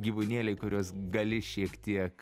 gyvūnėliai kuriuos gali šiek tiek